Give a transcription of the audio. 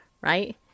right